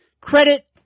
credit